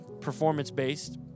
performance-based